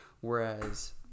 whereas